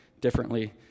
differently